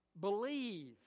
Believe